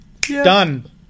done